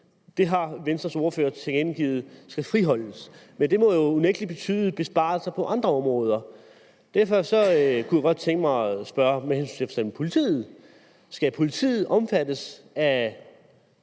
har Venstres ordfører tilkendegivet skal friholdes. Men det må jo unægtelig betyde besparelser på andre områder. Derfor kunne jeg godt tænke mig at spørge til f.eks. politiet: Skal politiet være omfattet af